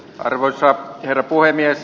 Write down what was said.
arvoisa herra puhemies